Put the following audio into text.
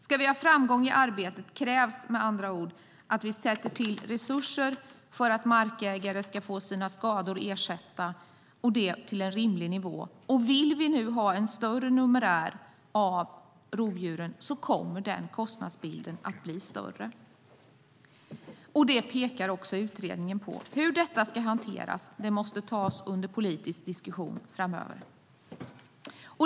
Ska vi ha framgång i arbetet krävs med andra ord att vi sätter till resurser för att markägare ska få sina skador ersatta och det till en rimlig nivå. Vill vi ha en större numerär av rovdjuren kommer kostnadsbilden att bli större, vilket även utredningen pekar på. Hur det ska hanteras måste tas upp till politisk diskussion framöver.